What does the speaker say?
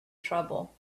trouble